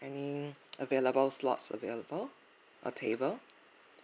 any available slots available a table